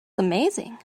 amazing